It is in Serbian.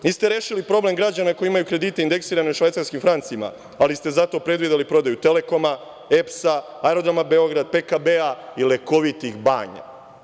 Niste rešili problem građana koji imaju kredite indeksirane u švajcarski francima, ali ste zato predvideli prodaju Telekoma, EPS-a, Aerodroma Beograd, PKB-a i lekovitih banja.